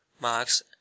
marks